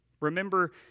Remember